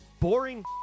boring